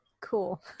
Cool